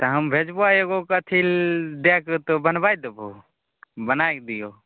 तऽ हम भेजबऽ एगोके अथी दैके तऽ बनबै देबहो बनैके दिहो